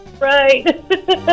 Right